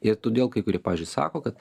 ir todėl kai kurie pavyzdžiui sako kad